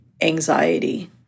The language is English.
anxiety